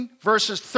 verses